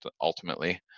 ultimately